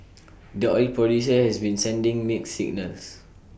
the oil producer has been sending mixed signals